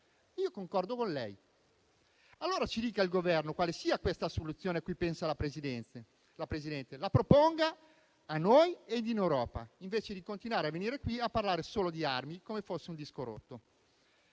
Io concordo con lei. Ci dica allora il Governo quale sia questa soluzione a cui pensa la Presidente. La proponga a noi e in Europa, invece di continuare a venire qui a parlare solo di armi, come fosse un disco rotto.